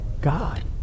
God